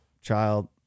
child